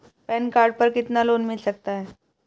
Pan card पर कितना loan मिल सकता है?